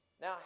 Now